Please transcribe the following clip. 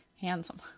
handsome